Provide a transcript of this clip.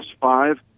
five